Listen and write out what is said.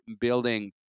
building